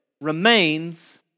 remains